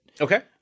Okay